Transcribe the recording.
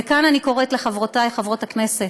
וכאן אני קוראת לחברותי חברות הכנסת: